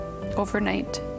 overnight